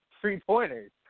three-pointers